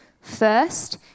First